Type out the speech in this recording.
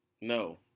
No